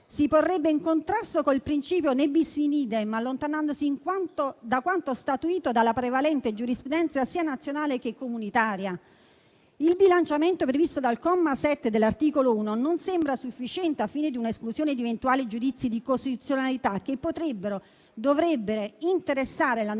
si porrebbe in contrasto col principio *ne bis in idem*, allontanandosi da quanto statuito dalla prevalente giurisprudenza, sia nazionale che comunitaria. Il bilanciamento previsto dal comma 7 dell'articolo 1 non sembra sufficiente al fine di un'esclusione di eventuali giudizi di costituzionalità, che potrebbero e dovrebbero interessare la norma